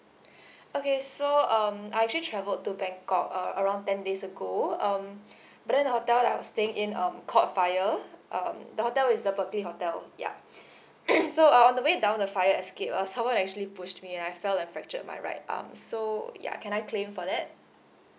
okay so um I actually travelled to bangkok uh around ten days ago um but then the hotel that I was staying in um caught fire um the hotel is the berkeley hotel yup so on the way down the fire escape uh someone actually pushed and I fell and fractured my right arm so ya can I claim for that